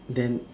then